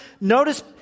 Notice